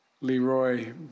Leroy